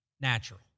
natural